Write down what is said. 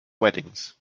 weddings